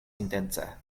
intence